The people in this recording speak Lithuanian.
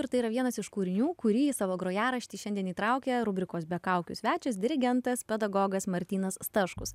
ir tai yra vienas iš kūrinių kurį į savo grojaraštį šiandien įtraukė rubrikos be kaukių svečias dirigentas pedagogas martynas staškus